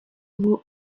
ubu